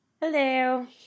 Hello